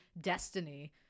destiny